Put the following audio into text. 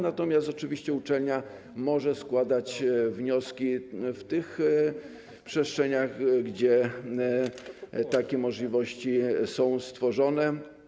Natomiast oczywiście uczelnia może składać wnioski w tych przestrzeniach, gdzie takie możliwości są stworzone.